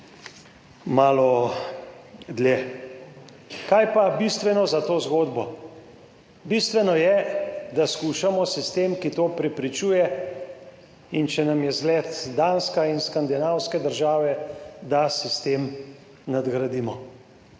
malo dlje. Kaj je pa bistveno za to zgodbo? Bistveno je, da skušamo sistem, ki to preprečuje, in če nam je zgled Danska in Skandinavske države, da sistem nadgradimo.